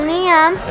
Liam